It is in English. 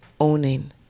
owning